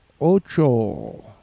ocho